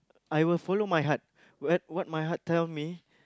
I will follow my heart what what my heart tell me